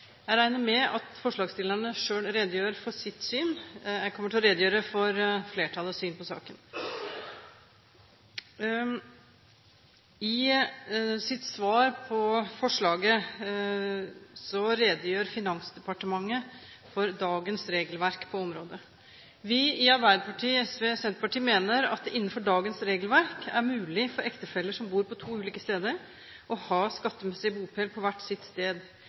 Jeg regner med at forslagsstillerne selv redegjør for sitt syn. Jeg kommer til å redegjøre for flertallets syn på saken. I sitt svar i forbindelse med forslaget redegjør Finansdepartementet for dagens regelverk på området. Vi i Arbeiderpartiet, SV og Senterpartiet mener at det innenfor dagens regelverk er mulig for ektefeller som bor på to ulike steder, å ha skattemessig bopel på hvert sitt sted.